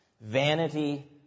Vanity